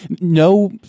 no